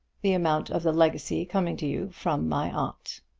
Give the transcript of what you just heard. the amount of the legacy coming to you from my aunt.